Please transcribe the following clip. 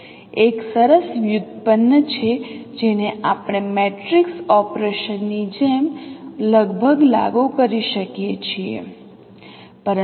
એક સરસ વ્યુત્પન્ન છે જેને આપણે મેટ્રિક્સ ઓપરેશનની જેમ લગભગ લાગુ કરીને કરી શકીએ છીએ